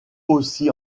aussi